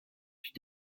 plus